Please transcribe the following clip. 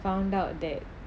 found out that